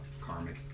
karmic